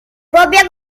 propia